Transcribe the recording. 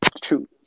true